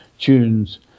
tunes